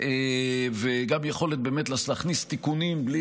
וגם יכולת באמת להכניס תיקונים בלי